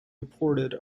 reported